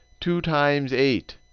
two times eight.